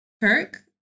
Kirk